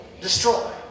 destroy